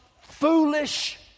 foolish